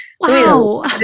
Wow